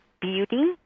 Beauty